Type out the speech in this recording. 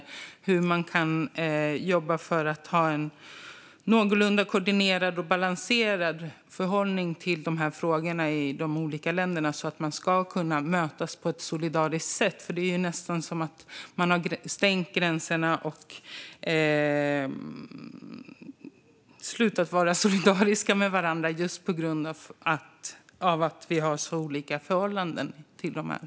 Har ni diskuterat hur man kan jobba för att ha ett någorlunda koordinerat och balanserat förhållningssätt till de frågorna i de olika länderna, så att man kan mötas på ett solidariskt sätt? Det är nästan som att man har stängt gränserna och slutat vara solidariska med varandra, just på grund av att vi förhåller oss så olika till dessa teman.